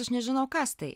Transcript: aš nežinau kas tai